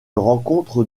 rencontre